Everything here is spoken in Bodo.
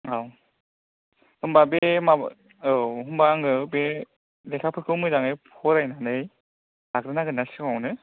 औ होनबा बे माबा औ होनबा आङो बे लेखाफोरखौ मोजाङै फरायनानै लाग्रोनांगोन ना सिगाङावनो